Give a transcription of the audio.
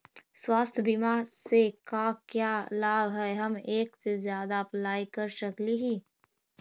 स्वास्थ्य बीमा से का क्या लाभ है हम एक से जादा अप्लाई कर सकली ही?